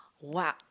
wow